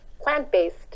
plant-based